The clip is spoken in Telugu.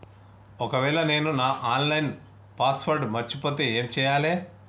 ఒకవేళ నేను నా ఆన్ లైన్ పాస్వర్డ్ మర్చిపోతే ఏం చేయాలే?